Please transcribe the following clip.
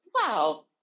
wow